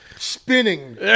spinning